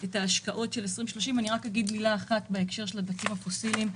את ההשקעות של 2030. רק אגיד מילה אחת בהקשר של הדלקים הפוסיליים.